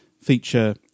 feature